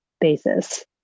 basis